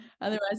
otherwise